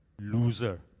loser